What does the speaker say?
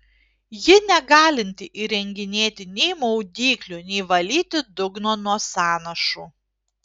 ji negalinti įrenginėti nei maudyklių nei valyti dugno nuo sąnašų